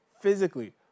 physically